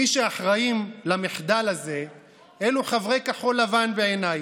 מי שאחראים למחדל הזה אלו חברי כחול לבן, בעיניי,